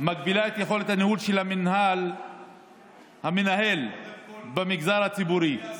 מגבילה את יכולת הניהול של המנהל במגזר הציבורי.